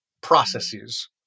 processes